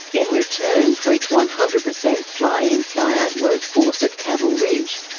in return for its one hundred per cent fly-in fly-out workforce at caval ridge,